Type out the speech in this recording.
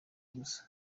gusa